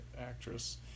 actress